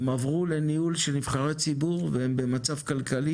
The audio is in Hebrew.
הם עברו לניהול של נבחרי ציבור והם במצב כלכלי